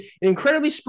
incredibly